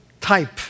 type